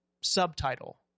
subtitle